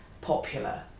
popular